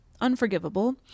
unforgivable